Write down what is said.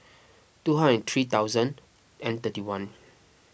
two hundred and three thousand and thirty one